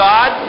God